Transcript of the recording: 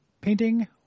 painting